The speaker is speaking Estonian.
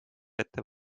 ette